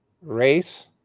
race